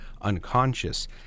unconscious